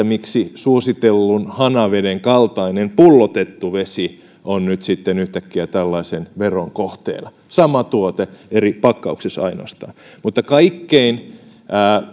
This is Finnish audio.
miksi suositellun hanaveden kaltainen pullotettu vesi on nyt yhtäkkiä tällaisen veron kohteena sama tuote eri pakkauksessa ainoastaan mutta kaikkein